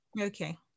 Okay